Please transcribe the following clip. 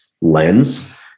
lens